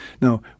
Now